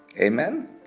amen